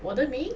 我的名